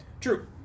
True